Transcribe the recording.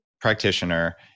practitioner